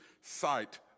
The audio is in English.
sight